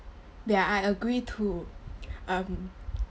yeah I agree to um